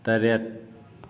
ꯇꯔꯦꯠ